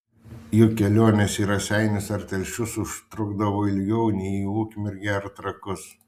juk kelionės į raseinius ar telšius užtrukdavo ilgiau nei į ukmergę ar trakus